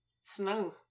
snow